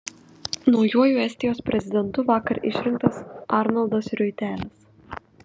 naujuoju estijos prezidentu vakar išrinktas arnoldas riuitelis